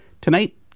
Tonight